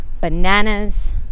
bananas